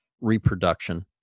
reproduction